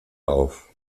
auf